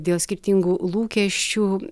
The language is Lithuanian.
dėl skirtingų lūkesčių